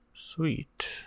Sweet